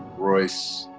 royce,